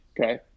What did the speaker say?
Okay